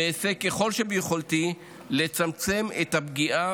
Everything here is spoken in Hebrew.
ואעשה כל שביכולתי לצמצם את הפגיעה